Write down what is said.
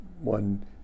one